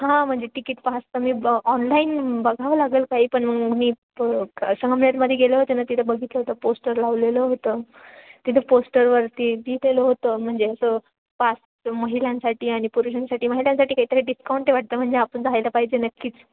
हां म्हणजे तिकीट पासचं मी ब ऑनलाईन बघावं लागेल काही पण मग मी प क संगमनेरमध्ये गेलं होतं ना तिथं बघितलं होतं पोस्टर लावलेलं होतं तिथं पोस्टरवरती दिलेलं होतं म्हणजे असं पाच महिलांसाठी आणि पुरुषांसाठी महिलांसाठी काहीतरी डिस्कांट आहे वाटतं म्हणजे आपण जायला पाहिजे नक्कीच